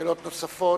שאלות נוספות.